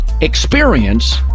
experience